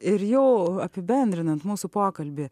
ir jau apibendrinant mūsų pokalbį